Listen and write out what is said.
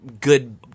good